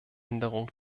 änderung